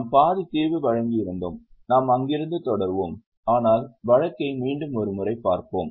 நாம் பாதி தீர்வு வழங்கி இருந்தோம் நாம் அங்கிருந்து தொடருவோம் ஆனால் வழக்கை மீண்டும் ஒரு முறை பார்ப்போம்